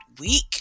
week